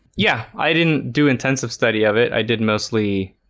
yeah, i didn't do intensive study of it. i did mostly